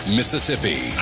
Mississippi